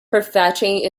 prefetching